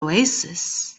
oasis